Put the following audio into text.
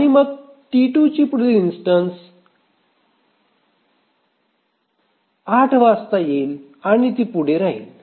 आणि मग T2 ची पुढील इन्स्टन्स 8 वाजता येईल आणि ती पुढे जाईल